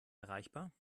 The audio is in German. erreichbar